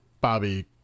Bobby